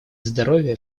здоровье